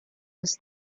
was